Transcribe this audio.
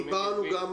דיברנו על התשלומים.